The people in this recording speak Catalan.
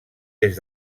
des